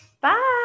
Bye